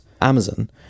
amazon